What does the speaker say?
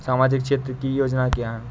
सामाजिक क्षेत्र की योजनाएँ क्या हैं?